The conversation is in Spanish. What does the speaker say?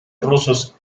rusos